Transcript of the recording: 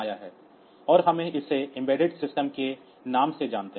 और हम इसे एम्बेडेड सिस्टम के नाम से जानते हैं